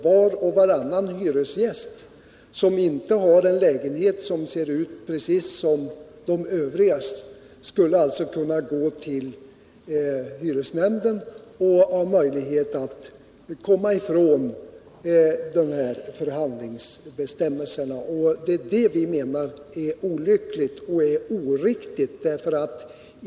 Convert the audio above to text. Var och varannan hyresgäst som inte har en lägenhet som ser ut precis som de övrigas, skulle genom att gå till hyresnämnden ha möjlighet att komma ifrån de här förhandlingsbestämmelserna. Det är det som vi menar är olyckligt och oriktigt.